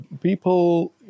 People